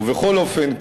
ובכל אופן,